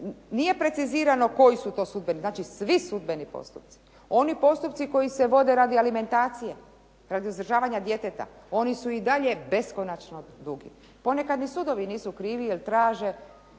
nije precizirano koji su to sudbeni, znači svi sudbeni postupci. Oni postupci koji se vode radi alimentacije, radi uzdržavanja djeteta, oni su i dalje beskonačno dugi. Ponekad ni sudovi nisu krivi jer traže,